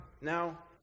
now